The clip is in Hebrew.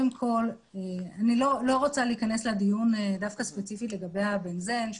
אני לא רוצה להיכנס לדיון ספציפי לגבי ה-בנזן שהוא